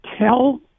tell